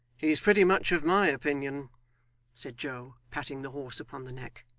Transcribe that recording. he's pretty much of my opinion said joe, patting the horse upon the neck.